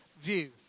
view